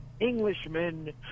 Englishmen